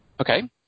Okay